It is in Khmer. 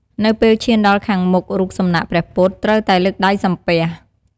នៅពេលឈានដល់ខាងមុខរូបសំណាកព្រះពុទ្ធ ត្រូវតែលើកដៃសំពះ។